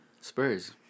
Spurs